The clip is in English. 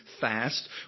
fast